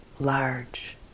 large